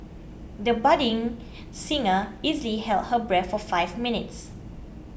the budding singer easily held her breath for five minutes